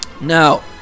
Now